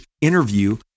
interview